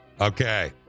Okay